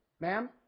Ma'am